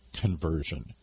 conversion